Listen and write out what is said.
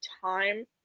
time